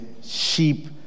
sheep